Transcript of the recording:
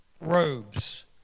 robes